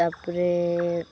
ତା'ପରେ